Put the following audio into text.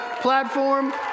platform